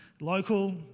local